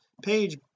page